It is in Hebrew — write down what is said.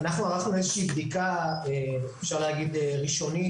אנחנו ערכנו איזה שהיא בדיקה, אפשר להגיד ראשונית,